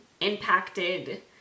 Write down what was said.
impacted